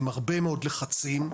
עם הרבה מאוד לחצים,